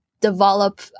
develop